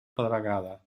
pedregada